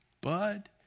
bud